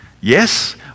Yes